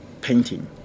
painting